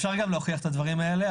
אפשר גם להוכיח את הדברים האלה.